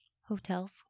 Hotels